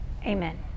Amen